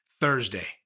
Thursday